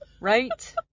Right